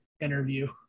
interview